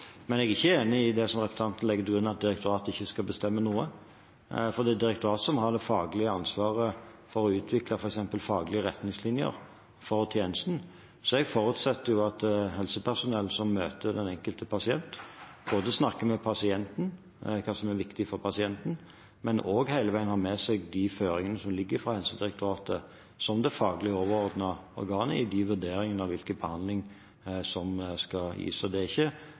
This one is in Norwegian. Men jeg er ikke enig i det som representanten legger til grunn, at direktoratet ikke skal bestemme noe, for det er direktoratet som har det faglige ansvaret for å utvikle f.eks. faglige retningslinjer for tjenesten. Så jeg forutsetter at helsepersonell som møter den enkelte pasient, snakker med pasienten om hva som er viktig for pasienten, men også hele veien har med seg de føringene som ligger fra Helsedirektoratet som det faglig overordnet organ, i vurderingene av hvilken behandling som skal gis. Det er ikke